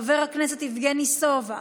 חבר הכנסת יבגני סובה,